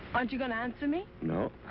aren't you going to answer me? nope.